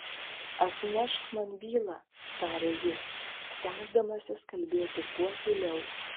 atnešk man bylą tarė jis stengdamasis kalbėti kuo tyliau